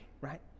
right